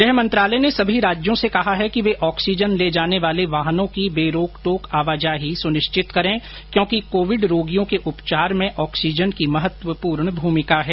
गृह मंत्रालय ने सभी राज्यों से कहा है कि वे ऑक्सीजन ले जाने वाले वाहनों की बे रोकटोक आवाजाही सुनिश्चित करें क्योंकि कोविड रोगियों के उपचार में ऑक्सीजन की महत्वपूर्ण भूमिका है